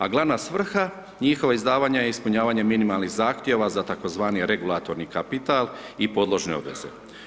A glavna svrha njihova izdavanja je ispunjavanje minimalnih zahtjeva za tako zvani regulatorni kapital, i podložne obveze.